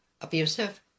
abusive